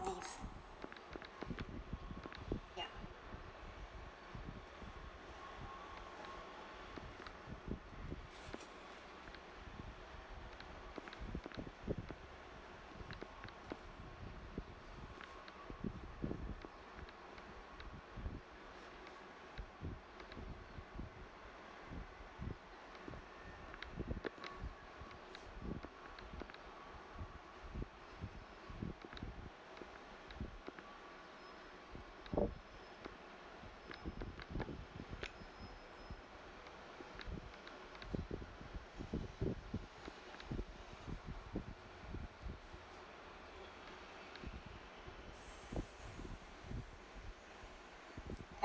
leave ya